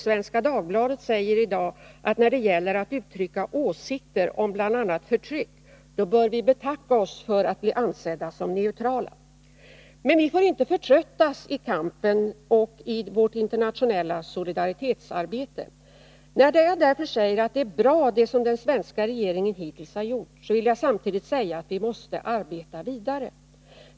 Svenska Dagbladet säger i dag att när det gäller att uttrycka åsikter om bl.a. förtryck bör vi betacka oss för att bli ansedda som neutrala. Men vi får inte förtröttas i kampen och i vårt internationella solidaritets arbete. När jag därför säger att det som den svenska regeringen hittills har gjort är bra, vill jag samtidigt säga att vi måste arbeta vidare.